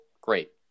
great